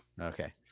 Okay